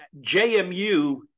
JMU